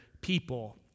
people